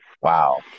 wow